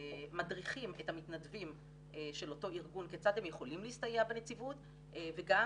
מדריכים את המתנדבים של אותו ארגון כיצד הם יכולים להסתייע בנציבות וגם